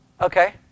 Okay